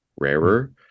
rarer